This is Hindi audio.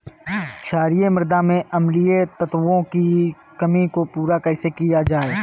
क्षारीए मृदा में अम्लीय तत्वों की कमी को पूरा कैसे किया जाए?